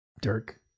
Dirk